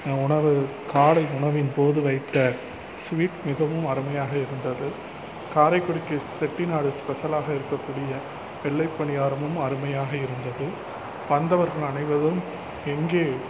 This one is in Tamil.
உணவு காலை உணவின் போது வைத்த ஸ்வீட் மிகவும் அருமையாக இருந்தது காரைக்குடிக்கு செட்டிநாடு ஸ்பெஷலாக இருக்கக்கூடிய வெள்ளை பணியாரமும் அருமையாக இருந்தது வந்தவர்கள் அனைவரும் எங்கே